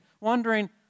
wondering